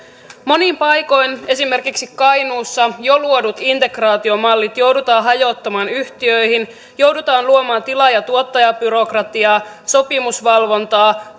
monin paikoin esimerkiksi kainuussa jo luodut integraatiomallit joudutaan hajottamaan yhtiöihin joudutaan luomaan tilaaja tuottaja byrokratiaa sopimusvalvontaa